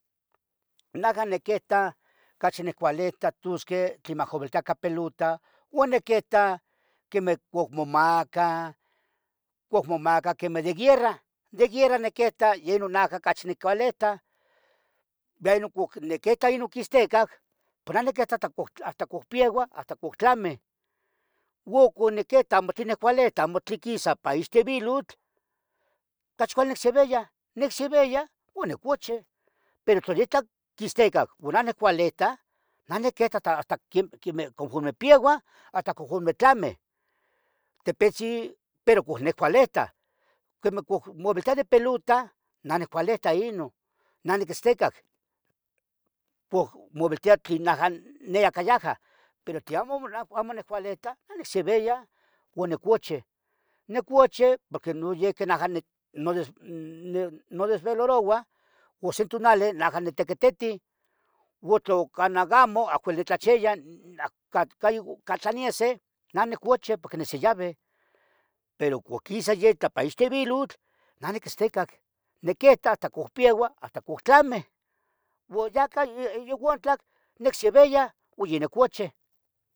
naja niquita ocachi niccualita tosqueh tlen maviltiah ica peluta uan niquita quemeh pohmocacah pohmomacah quemeh di guierra de guierra niqueta yen nonon naja ocachi nicualita beno niquita quen oquixtecac pero nili hasta quen popieua hasta pohtlami goco niquita amo tlin niccualeta amo tlen quisa ipa ixtivilotl ocachi cuali nicsevia, nicsevia o nicuchi pero tla yitlah quisticac uan neh niccualitah neh niquita ta queh confiorme pieua hasta conforme tlami tepitzin pero niccualita quemah maviltia de pelota nicuilita inon naniquitzticac pohmovilita tlen aca yayaj pero tlen amo nicvilita nicseuia o nicochi, nicochi porque noyeh nimo nimodesvelaroua ocse tonali naja nitequititu o tlu canah gamo amo nitlachiya ca tlaniesi neh nicochi porque nisiyavi pero co quisa yec ixtivilotl neh niquitzticah niquita hasta copieua hasta cohtlami uan ya ca tlac nicsevia uan ya nicochih.